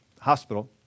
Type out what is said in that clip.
hospital